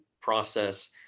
process